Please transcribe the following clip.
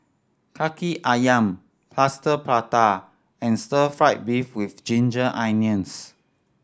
Kaki Ayam Plaster Prata and stir fried beef with ginger onions